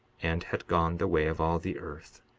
and had gone the way of all the earth.